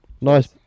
nice